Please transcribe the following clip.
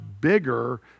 bigger